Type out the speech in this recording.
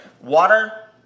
Water